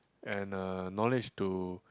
and uh knowledge to